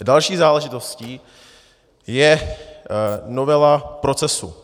Další záležitostí je novela procesu.